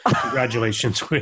congratulations